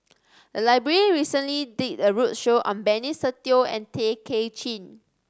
the library recently did a roadshow on Benny Se Teo and Tay Kay Chin